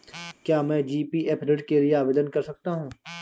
क्या मैं जी.पी.एफ ऋण के लिए आवेदन कर सकता हूँ?